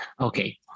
Okay